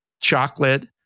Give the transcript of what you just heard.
Chocolate